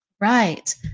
Right